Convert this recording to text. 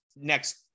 next